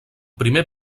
primer